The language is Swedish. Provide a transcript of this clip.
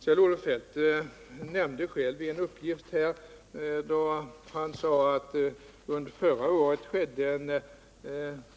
Kjell-Olof Feldt redovisade själv en uppgift. Han sade att förra året gjordes